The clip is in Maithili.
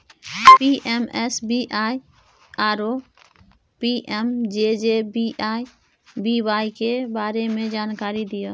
पी.एम.एस.बी.वाई आरो पी.एम.जे.जे.बी.वाई के बारे मे जानकारी दिय?